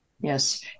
Yes